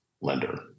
lender